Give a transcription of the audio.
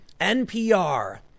NPR